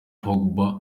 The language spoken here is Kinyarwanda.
pogba